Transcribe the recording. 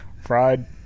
fried